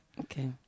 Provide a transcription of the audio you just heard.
Okay